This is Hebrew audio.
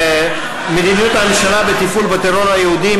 מדיניות הממשלה בטיפול בטרור היהודי,